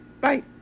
bye